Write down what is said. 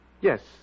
Yes